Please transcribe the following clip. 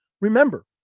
remember